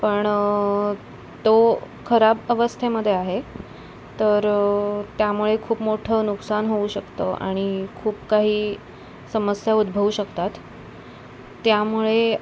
पण तो खराब अवस्थेमध्ये आहे तर त्यामुळे खूप मोठं नुकसान होऊ शकतं आणि खूप काही समस्या उद्भवू शकतात त्यामुळे